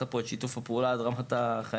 על שיתוף הפעולה פה עד רמת החיילים.